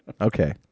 Okay